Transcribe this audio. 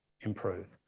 improve